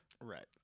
Right